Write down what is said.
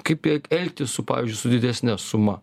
kaip e elgtis su pavyzdžiui su didesne suma